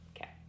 Okay